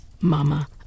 Mama